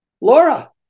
Laura